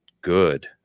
good